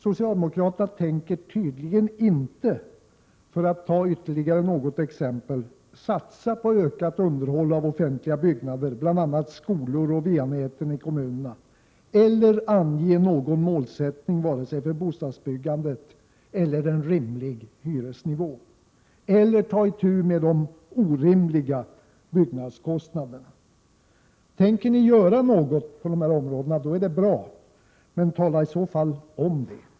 Socialdemokraterna tänker tydligen inte, för att ta ytterligare några exempel, satsa på ökat underhåll av offentliga byggnader, bl.a. skolorna och VA-nätet i kommunerna, inte ange någon målsättning vare sig för bostadsbyggandet eller för vad som är en rimlig hyresnivå, eller ta itu med de orimliga byggnadskostnaderna. Tänker ni göra något på det här området är det bra, men tala i så fall om det!